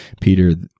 Peter